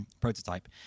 prototype